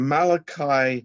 Malachi